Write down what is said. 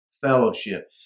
fellowship